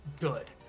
good